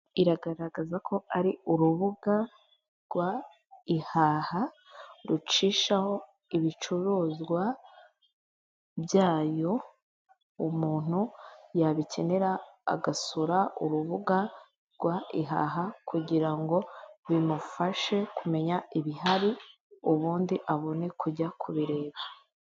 Iragaragaza ko ari urubuga rwa ihaha rucishaho ibicuruzwa byayo, umuntu yabikenera agasura urubuga rwa ihaha kugira ngo bimufashe kumenya ibihari, ubundi abone kujya kubireba.